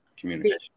communication